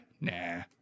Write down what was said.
Nah